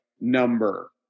number